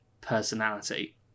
personality